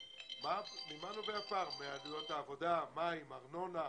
ממה נובע הפער - מעלויות העבודה, מים, ארנונה?